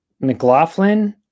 McLaughlin